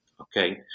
okay